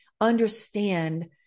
understand